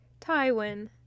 Tywin